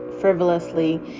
frivolously